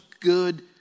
good